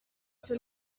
sur